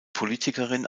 politikerin